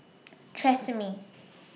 Tresemme